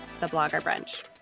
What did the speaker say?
thebloggerbrunch